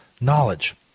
knowledge